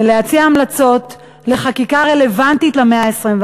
ולהציע המלצות לחקיקה רלוונטית למאה ה-21,